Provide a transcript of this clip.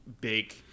big